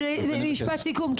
אבל משפט סיכום,